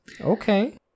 Okay